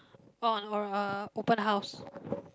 orh or or a open house